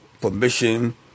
permission